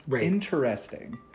interesting